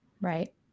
right